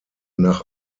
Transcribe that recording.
nach